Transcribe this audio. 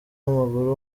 w’amaguru